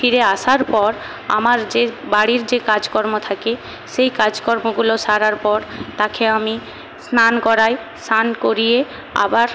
ফিরে আসার পর আমার যে বাড়ির যে কাজকর্ম থাকে সেই কাজকর্মগুলো সারার পর তাকে আমি স্নান করাই স্নান করিয়ে আবার